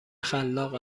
خلاق